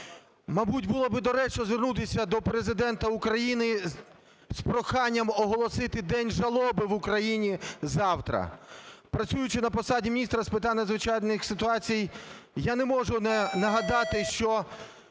Мабуть, було б доречно звернутися до Президента України з проханням оголосити день жалоби в Україні завтра. Працюючи на посаді міністра з питань надзвичайних ситуацій, я не можу не нагадати, що